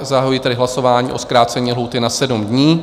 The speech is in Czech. Zahajuji hlasování o zkrácení lhůty na 7 dní.